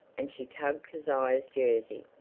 and she tugged kezia's jersey.